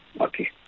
Okay